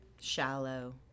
shallow